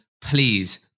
please